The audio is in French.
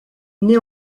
naît